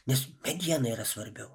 nes mediena yra svarbiau